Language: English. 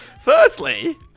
firstly